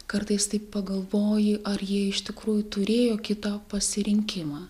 kartais taip pagalvoji ar jie iš tikrųjų turėjo kitą pasirinkimą